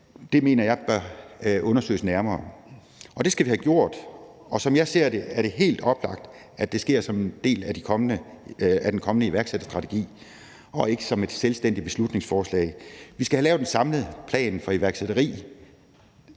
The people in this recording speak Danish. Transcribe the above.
Det mener jeg bør undersøges nærmere, og det skal vi have gjort. Som jeg ser det, er det helt oplagt, at det sker som en del af den kommende iværksætterstrategi og ikke som et selvstændigt beslutningsforslag. Vi skal have lavet en samlet plan for iværksætteri.